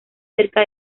cerca